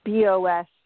BOS